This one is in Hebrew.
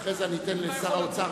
ואחרי זה אתן לשר האוצר,